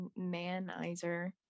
manizer